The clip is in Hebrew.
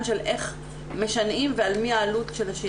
של איך משנעים ועל מי העלות של השינוע.